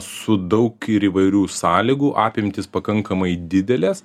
su daug ir įvairių sąlygų apimtys pakankamai didelės